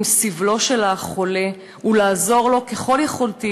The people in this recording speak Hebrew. עם סבלו של החולה ולעזור לו ככל יכולתי